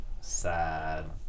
sad